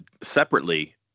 Separately